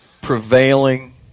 prevailing